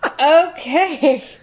Okay